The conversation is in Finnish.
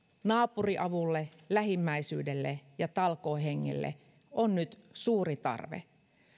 naapuriavulle lähimmäisyydelle ja talkoohengelle on nyt suuri tarve